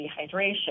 dehydration